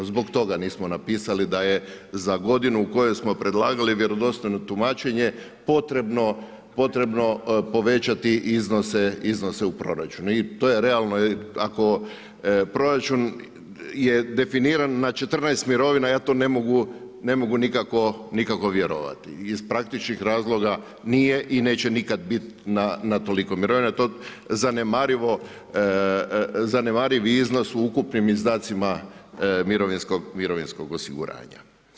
Zbog toga nismo napisali da je za godinu u kojoj smo predlagali vjerodostojno tumačenje potrebno povećati iznose u proračunu i to je realno, jer ako proračun je definiran na 14 mirovina, ja to ne mogu nikako vjerovati i iz praktičkih razloga nije i neće nikad bit na toliko mirovina, to zanemariv iznos u ukupnim izdacima mirovinskog osiguranja.